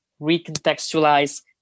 recontextualize